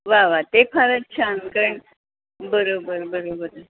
वा वा ते फारच छान कारण बरोबर बरोबर